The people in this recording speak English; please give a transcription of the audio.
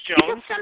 Jones